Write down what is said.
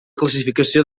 classificació